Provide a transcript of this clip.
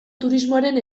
turismoaren